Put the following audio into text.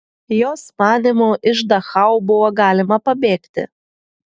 jos manymu iš dachau buvo galima pabėgti